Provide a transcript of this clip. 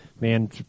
man